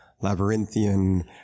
labyrinthian